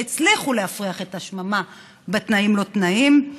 שהצליחו להפריח את השממה בתנאים לא תנאים,